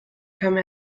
come